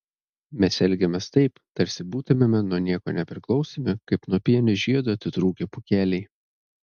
mes elgiamės taip tarsi būtumėme nuo nieko nepriklausomi kaip nuo pienės žiedo atitrūkę pūkeliai